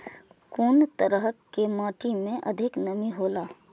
कुन तरह के माटी में अधिक नमी हौला?